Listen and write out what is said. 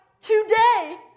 Today